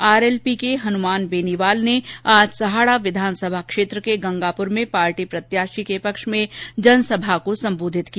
RLP के हनुमान बेनीवाल ने आज सहाड़ा विधानसभा क्षेत्र के गंगापुर में पार्टी प्रत्याशी के पक्ष में जनसभा को संबोधित किया